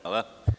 Hvala.